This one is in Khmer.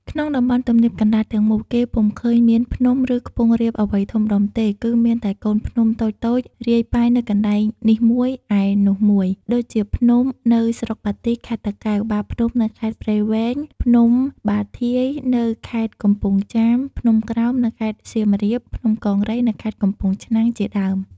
ក្នុងតំបន់ទំនាបកណ្ដាលទាំងមូល គេពុំឃើញមានភ្នំ ឬខ្ពង់រាបអ្វីធំដុំទេ គឺមានតែកូនភ្នំតូចៗរាយប៉ាយនៅកន្លែងនេះមួយ ឯនោះមួយ ដូចជាភ្នំនៅស្រុកបាទី ខេត្តតាកែវ បាភ្នំនៅខេត្តព្រៃវែង ភ្នំបាធាយ នៅខេត្តកំពង់ចាម ភ្នំក្រោម នៅខេត្តសៀមរាប ភ្នំកង្រី នៅខេត្តកំពង់ឆ្នាំង ជាដើម។